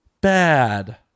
Bad